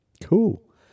Cool